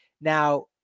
Now